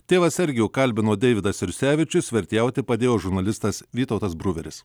tėvą sergijų kalbino deividas jursevičius vertėjauti padėjo žurnalistas vytautas bruveris